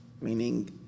meaning